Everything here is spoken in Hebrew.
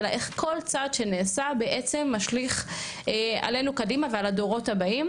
אלא איך כל צעד שנעשה בעצם משליך עלינו קדימה ועל הדורות הבאים,